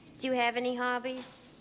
do you have any hobbies?